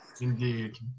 Indeed